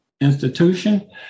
institution